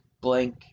blank